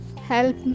help